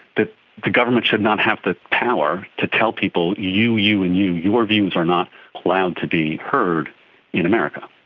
that the government should not have the power to tell people you, you and you, your views are not allowed to be heard in america.